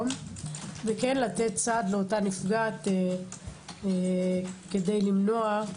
היום ולתת סעד לאותה נפגעת כדי למנוע,